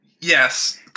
Yes